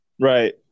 right